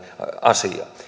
asia